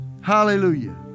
Hallelujah